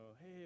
hey